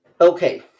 Okay